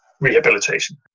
rehabilitation